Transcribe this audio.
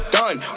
done